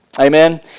Amen